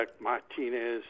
Martinez